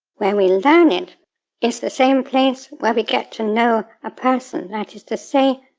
where we learn it is the same place where we get to know a person, that is to say,